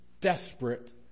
desperate